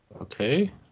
okay